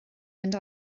mynd